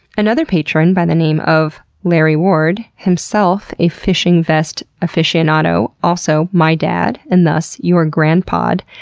another patron by the name of larry ward, himself a fishing vest aficionado, also my dad and thus, your grandpod,